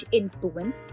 influence